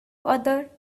other